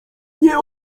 nie